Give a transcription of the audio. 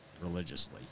religiously